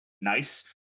Nice